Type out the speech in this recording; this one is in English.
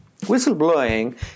Whistleblowing